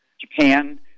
Japan